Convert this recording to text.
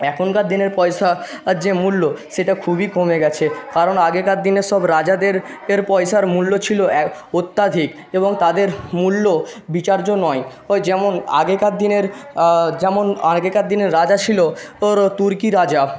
এখনকার দিনের পয়সা আর যে মূল্য সেটা খুবই কমে গেছে কারণ আগেকার দিনে সব রাজাদের এর পয়সার মূল্য ছিল এক অত্যাধিক এবং তাদের মূল্য বিচার্য নয় ওই যেমন আগেকার দিনের যেমন আগেকার দিনের রাজা ছিল ও রোর তুর্কি রাজা